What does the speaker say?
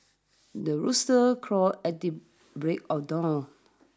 the rooster crows at the break of dawn